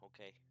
Okay